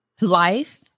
life